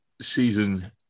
season